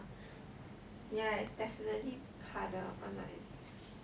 ya it's definitely harder online